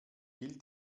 hielt